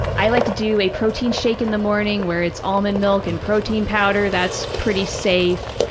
i like to do a protein shake in the morning where it's almond milk and protein powder. that's pretty safe,